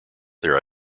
their